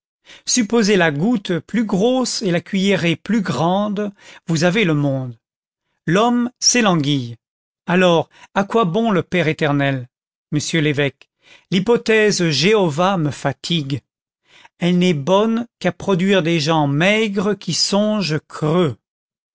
supposez la goutte plus grosse et la cuillerée plus grande vous avez le monde l'homme c'est l'anguille alors à quoi bon le père éternel monsieur l'évêque l'hypothèse jéhovah me fatigue elle n'est bonne qu'à produire des gens maigres qui songent creux